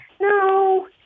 No